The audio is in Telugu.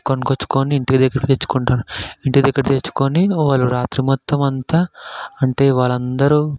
కొనుక్కొచ్చు కొని ఇంటి దగ్గర తెచ్చుకుంటారు ఇంటి దగ్గర తెచ్చుకుని వాళ్ళు రాత్రి మొత్తం అంతా అంటే వాళ్ళందరూ